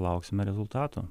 lauksime rezultatų